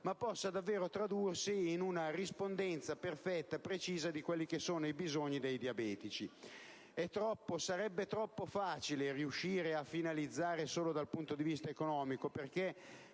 ma possa davvero tradursi in una rispondenza precisa ai bisogni dei diabetici. Sarebbe troppo facile riuscire a finalizzare solo dal punto di vista economico, perché